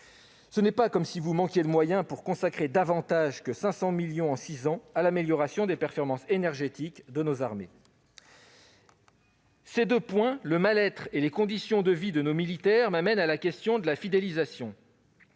de même pas comme si vous vous manquiez de moyens pour consacrer plus de 500 millions d'euros en six ans à l'amélioration des performances énergétique de nos armées ! Ces deux points, le mal-être et les conditions de vie de nos militaires, m'amènent à la question de la fidélisation.